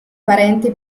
parenti